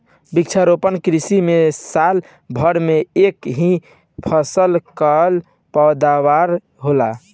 वृक्षारोपण कृषि में साल भर में एक ही फसल कअ पैदावार होला